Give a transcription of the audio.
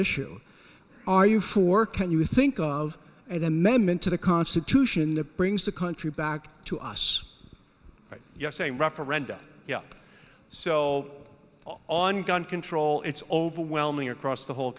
issue are you for can you think of an amendment to the constitution that brings the country back to us yes a referendum yep so on gun control it's overwhelming across the whole